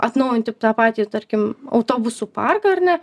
atnaujinti tą patį tarkim autobusų parką ar ne